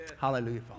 Hallelujah